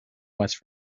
west